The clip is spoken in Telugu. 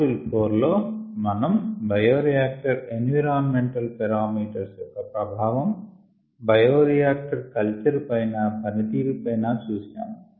మాడ్యూల్ 4 లో మనం బయోరియాక్టర్ ఎన్విరాన్ మెంట్ పారామీటర్స్ యొక్క ప్రభావము బయోరియాక్టర్ కల్చర్ పైన పని తీరు పైన చూశాము